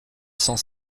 cent